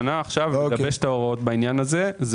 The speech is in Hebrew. שנה לגבש את ההוראות בעניין הזה.